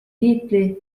tiitli